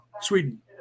Sweden